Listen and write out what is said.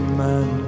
man